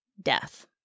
death